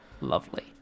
Lovely